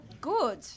Good